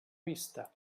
vista